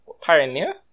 Pioneer